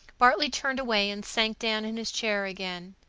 bartley turned away and sank down in his chair again.